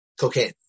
Cocaine